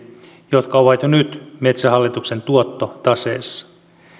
jotka ovat jo nyt metsähallituksen tuottotaseessa